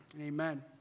Amen